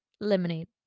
lemonade